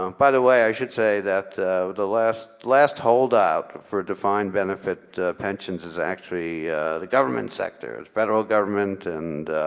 um by the way, i should say that the last last hold out for defined benefit pensions is actually the government sectors. federal government and